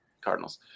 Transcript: Cardinals